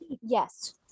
Yes